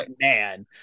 man